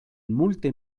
multe